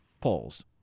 polls